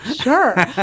Sure